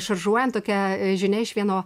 šaržuojant tokia žinia iš vieno